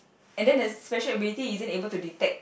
and then the special ability isn't able to detect